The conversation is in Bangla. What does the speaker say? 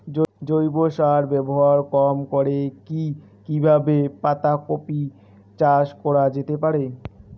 জৈব সার ব্যবহার কম করে কি কিভাবে পাতা কপি চাষ করা যেতে পারে?